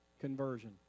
conversion